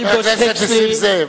חבר הכנסת נסים זאב,